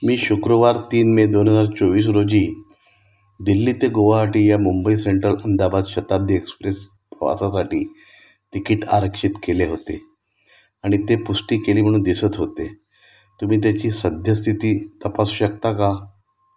मी शुक्रवार तीन मे दोन हजार चोवीस रोजी दिल्ली ते गोवाहाटी या मुंबई सेंट्रल अहमदाबाद शताब्दी एक्सप्रेस प्रवासासाठी तिकीट आरक्षित केले होते आणि ते पुष्टी केली म्हणून दिसत होते तुम्ही त्याची सद्यस्थिती तपासू शकता का